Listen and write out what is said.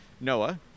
Noah